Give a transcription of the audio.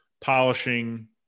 polishing